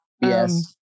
yes